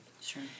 Sure